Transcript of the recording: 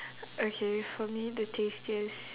okay for me the tastiest